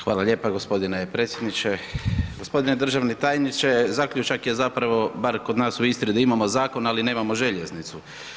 Hvala lijepa gospodine predsjedniče, gospodine državni tajniče zaključak je zapravo, bar kod nas u Istri, da imamo zakon ali nemamo željeznicu.